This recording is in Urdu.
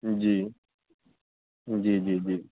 جی جی جی جی